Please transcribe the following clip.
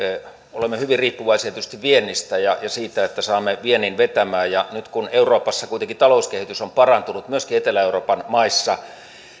olemme hyvin riippuvaisia tietysti viennistä ja siitä että saamme viennin vetämään nyt kun euroopassa kuitenkin talouskehitys on parantunut myöskin etelä euroopan maissa